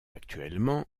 actuellement